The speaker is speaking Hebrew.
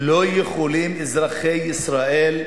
לא יכולים אזרחי ישראל,